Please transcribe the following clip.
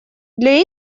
для